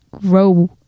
grow